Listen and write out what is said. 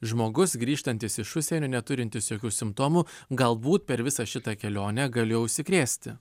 žmogus grįžtantis iš užsienio neturintis jokių simptomų galbūt per visą šitą kelionę galėjo užsikrėsti